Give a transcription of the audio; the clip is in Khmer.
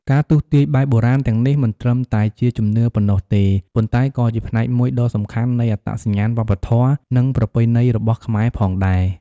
ការទស្សន៍ទាយបែបបុរាណទាំងនេះ មិនត្រឹមតែជាជំនឿប៉ុណ្ណោះទេ ប៉ុន្តែក៏ជាផ្នែកមួយដ៏សំខាន់នៃអត្តសញ្ញាណវប្បធម៌ និងប្រពៃណីរបស់ខ្មែរផងដែរ។